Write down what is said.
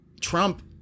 Trump